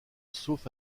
sauf